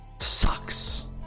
Sucks